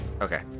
Okay